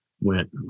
went